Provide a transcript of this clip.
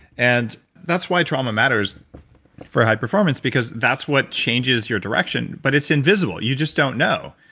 and that's why trauma matters for high performance because that's what changes your direction. but it's invisible. you just don't know.